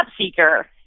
seeker